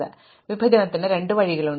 അതിനാൽ വിഭജനത്തിന് രണ്ട് വഴികളുണ്ട്